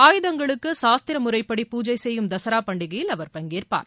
ஆயுதங்களுக்கு சாஸ்திர முறைப்படி பூஜை செய்யும் தசரா பண்டிகையில் அவர் பங்கேற்பார்